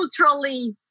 culturally